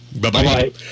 Bye-bye